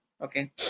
okay